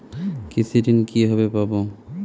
কৃষি ঋন কিভাবে পাব?